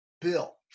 Bill